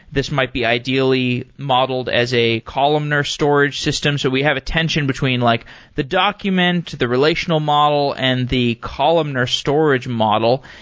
this might be ideally modeled as a columnar storage system so we have a tension between like the document to the relational model and the columnar storage model.